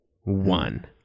One